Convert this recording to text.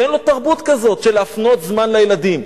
כי אין לו תרבות כזאת של להפנות זמן לילדים.